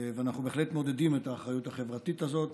ואנחנו בהחלט מעודדים את האחריות החברתית הזאת